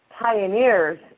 pioneers